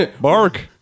Bark